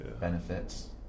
benefits